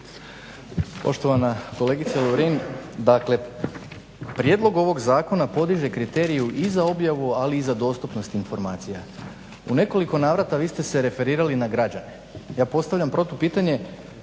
Poštovana kolegice Lovrin, dakle prijedlog ovog zakona podiže kriterije i za objavu, ali i za dostupnost informacija. U nekoliko navrata vi ste se referirali na građane. Ja postavljam protupitanje